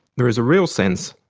there is a real sense,